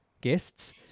guests